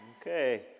Okay